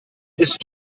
ist